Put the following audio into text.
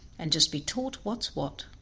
and just be taught what's what.